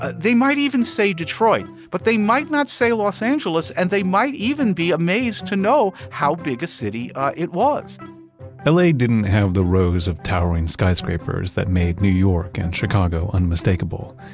ah they might even say detroit. but they might not say los angeles and they might even be amazed to know how big a city it was la didn't have the rows of towering skyscrapers that made new york and chicago unmistakable.